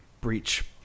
breach